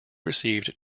received